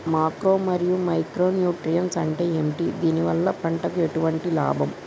Macro మరియు micro nutrients అంటే ఏమిటి? దీనివల్ల పంటకు ఎటువంటి లాభం?